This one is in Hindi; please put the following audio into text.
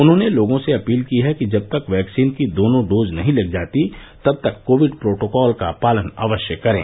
उन्होंने लोगों से अपील की है कि जब तक वैक्सीन की दोनों डोज नहीं लग जातीं तब तक कोविड प्रोटोकॉल का पालन अवश्य करें